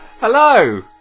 Hello